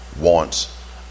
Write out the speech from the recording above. wants